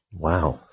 Wow